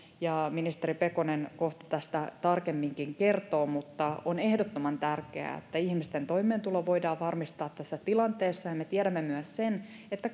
ja ministeri pekonen kohta tästä tarkemminkin kertoo mutta on ehdottoman tärkeää että ihmisten toimeentulo voidaan varmistaa tässä tilanteessa me tiedämme myös sen että